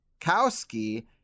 Kowski